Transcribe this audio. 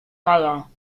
meier